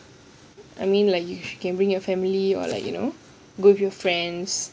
I mean like you can bring your family or like you know go with your friends